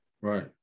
Right